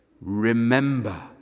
Remember